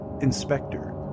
inspector